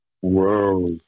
Whoa